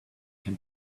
can